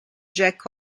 jack